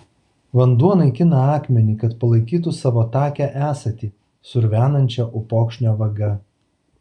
vanduo naikina akmenį kad palaikytų savo takią esatį sruvenančią upokšnio vaga